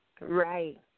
Right